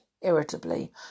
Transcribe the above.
irritably